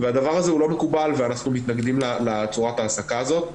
הדבר הזה לא מקובל ואנחנו מתנגדים לצורת ההעסקה הזאת.